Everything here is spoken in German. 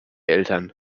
eltern